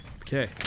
Okay